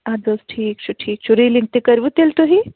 اَدٕ حظ ٹھیٖک چھُ ٹھیٖک چھُ ریٖلِنٛگ تہٕ کٔروٕ تیٚلہِ تُہی